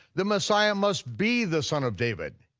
the messiah must be the son of david,